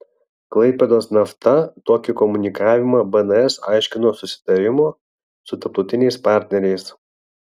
klaipėdos nafta tokį komunikavimą bns aiškino susitarimu su tarptautiniais partneriais